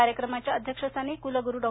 कार्यक्रमाच्या अध्यक्ष्यस्थानी कुलगुरू डॉ